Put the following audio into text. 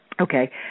Okay